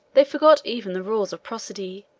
they forgot even the rules of prosody